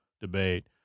debate